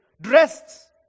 dressed